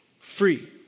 free